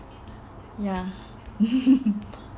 ya